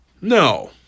no